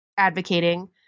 advocating